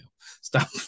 Stop